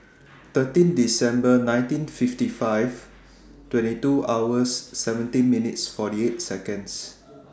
thirteen December nineteen fifty five twenty two hours seventeen minutes forty eight Seconds